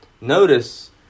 Notice